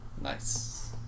Nice